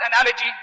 analogy